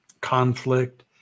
conflict